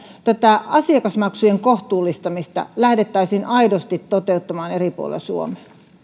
tätä asiakasmaksujen kohtuullistamista lähdettäisiin aidosti toteuttamaan eri puolilla suomea